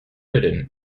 ridden